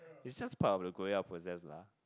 it's just part of the growing up process lah